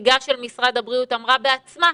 נציגת משרד הבריאות אמרה בעצמה,